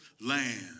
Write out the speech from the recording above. land